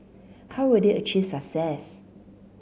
how will they achieve success